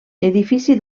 edifici